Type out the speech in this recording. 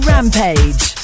Rampage